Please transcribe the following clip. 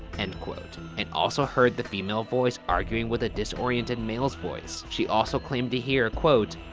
end quote, and also heard the female voice arguing with a disoriented male's voice. she also claimed to hear, quote,